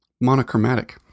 Monochromatic